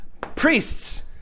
Priests